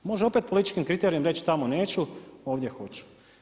Može opet političkim kriterijima reći, tamo neću, ovdje hoću.